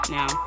Now